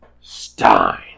stein